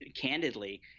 candidly